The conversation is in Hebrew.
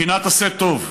בחינת "עשה טוב"